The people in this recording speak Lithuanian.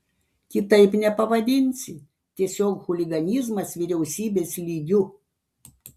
kitaip nepavadinsi tiesiog chuliganizmas vyriausybės lygiu